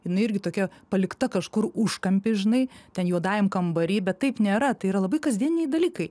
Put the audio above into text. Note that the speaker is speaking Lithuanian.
jinai irgi tokia palikta kažkur užkampy žinai ten juodajam kambary bet taip nėra tai yra labai kasdieniniai dalykai